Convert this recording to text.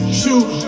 shoot